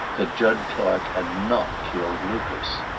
that jud clark had not killed lucas.